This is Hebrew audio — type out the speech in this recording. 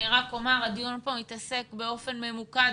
אני רק אומר שהדיון כאן מתעסק באופן ממוקד